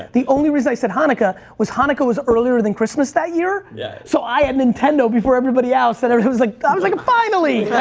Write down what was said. the only reason i said hanukkah was hanukkah was earlier than christmas that year, yeah so i had nintendo before everybody else and and everybody like was like, finally!